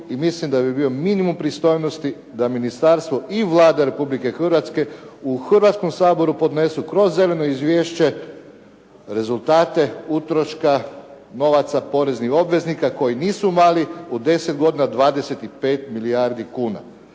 i mislim da bi bio minimum pristojnosti da ministarstvo i Vlada Republike Hrvatske u Hrvatskom saboru podnesu kroz zeleno izvješće rezultate utroška novaca poreznih obveznika koji nisu mali u deset godina 25 milijardi kuna.